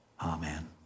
Amen